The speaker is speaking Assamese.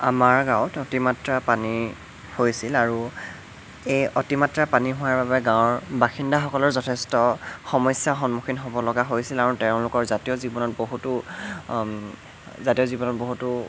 আমাৰ গাঁৱত অতিমাত্ৰা পানী হৈছিল আৰু এই অতিমাত্ৰা পানী হোৱাৰ বাবে গাঁৱৰ বাসিন্দাসকলৰ যথেষ্ট সমস্যাৰ সন্মুখীন হ'ব লগা হৈছিল আৰু তেওঁলোকৰ জাতীয় জীৱনত বহুতো জাতীয় জীৱনত বহুতো